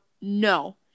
no